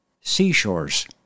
seashores